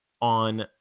on